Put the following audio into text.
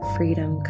Freedom